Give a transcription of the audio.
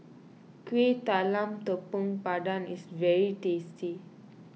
Kueh Talam Tepong Pandan is very tasty